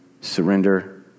surrender